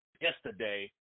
yesterday